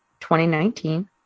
2019